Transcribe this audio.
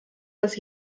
das